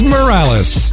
Morales